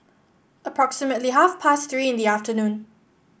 approximately half past Three in the afternoon